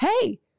hey